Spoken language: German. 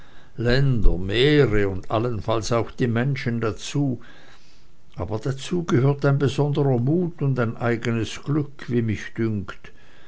länder meere und allenfalls auch die menschen dazu aber dazu gehört besonderer mut und eigenes glück wie mich dünkt